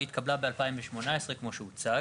כפי שהוצג